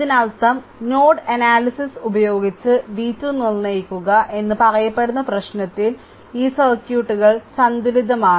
ഇതിനർത്ഥം node analysis ഉപയോഗിച്ച് v2 നിർണ്ണയിക്കുക എന്ന് പറയപ്പെടുന്ന പ്രശ്നത്തിൽ ഈ സർക്യൂട്ടുകൾ സന്തുലിതമാണ്